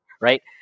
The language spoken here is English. Right